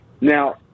Now